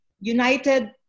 united